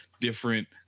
different